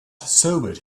sobered